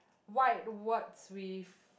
white words with